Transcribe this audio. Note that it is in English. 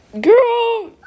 Girl